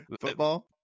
Football